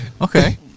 Okay